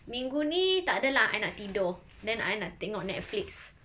minggu ni tak ada lah I nak tidur then I nak tengok Netflix